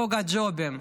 חוק הג'ובים.